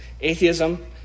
atheism